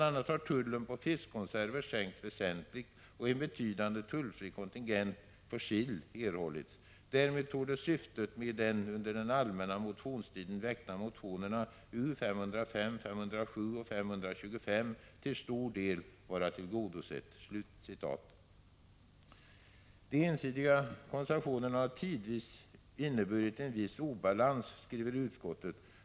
a. har tullen på fiskkonserver sänkts väsentligt och en betydande tullfri kontingent för sill erhållits. Därmed torde syftet med de under den allmänna motionstiden väckta motionerna U505, U507 och US2S till stor del vara tillgodosett.” De ensidiga koncessionerna har tidvis inneburit en viss obalans, skriver utskottet.